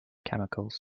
chemicals